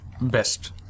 best